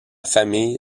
famille